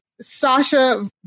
Sasha